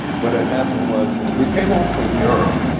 what had happened was, we came home from europe,